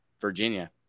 Virginia